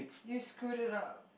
you screwed it up